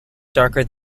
darker